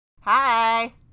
Hi